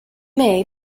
may